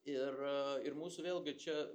ir ir mūsų vėlgi čia